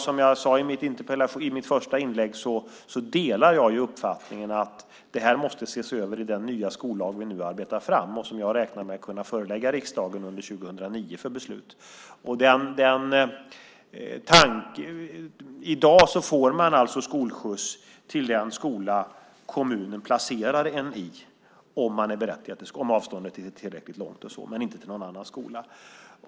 Som jag sade i mitt första inlägg delar jag uppfattningen att det måste ses över i den nya skollag vi nu arbetar fram och som jag räknar med att kunna förelägga riksdagen under 2009 för beslut. I dag får man skolskjuts till den skola kommunen placerar en i om avståndet är tillräckligt långt men inte till någon annan skola.